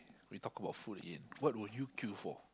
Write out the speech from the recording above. we talk about food in what would you queue for